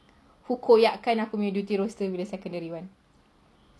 who koyakkan aku punya duty roster bila secondary one